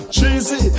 Cheesy